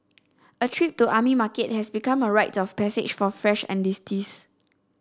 a trip to the army market has become a rite of passage for fresh enlistees